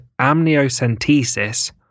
amniocentesis